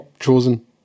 Chosen